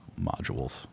modules